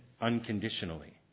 unconditionally